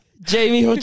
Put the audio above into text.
Jamie